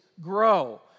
grow